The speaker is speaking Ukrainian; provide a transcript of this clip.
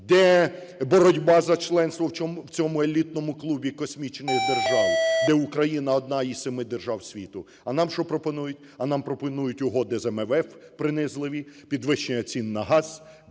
де боротьба за членство в цьому елітному клубі космічних держав, де Україна одна із семи держав світу? А нам що пропонують? А нам пропонують угоди з МВФ принизливі, підвищення цін на газ,